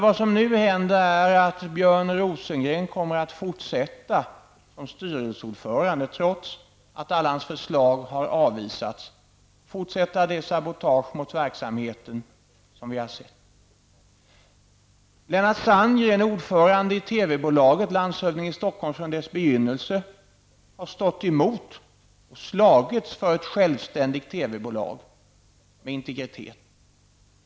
Vad som nu händer är att Björn Rosengren kommer att fortsätta som styrelseordförande, trots att alla hans förslag har avvisats. Han kan komma att fortsätta det sabotage mot verksamheten som vi har sett prov på. Lennart Sandgren är ordförande i TV-bolaget -- från företagets begynnelse -- och landshövding i Stockholm. Han har stått emot och slagits för ett självständigt TV-bolag med integritet.